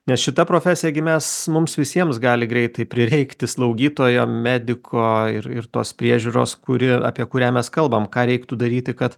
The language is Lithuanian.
nes šita profesija gi mes mums visiems gali greitai prireikti slaugytojo mediko ir ir tos priežiūros kuri apie kurią mes kalbam ką reiktų daryti kad